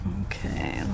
Okay